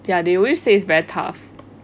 ya they always it's very tough